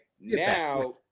Now